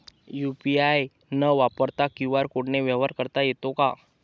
UPI न वापरता QR कोडने व्यवहार करता येतो का?